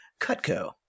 Cutco